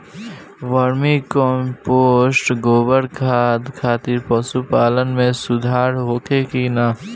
Vermi compost गोबर खाद खातिर पशु पालन में सुधार होला कि न?